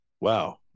Wow